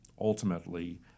ultimately